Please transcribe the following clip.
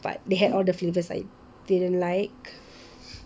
but they had all the flavors I didn't like